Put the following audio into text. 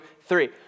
three